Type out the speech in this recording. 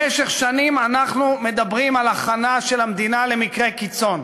במשך שנים אנחנו מדברים על הכנה של המדינה למקרה קיצון,